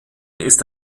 ist